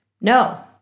no